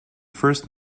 first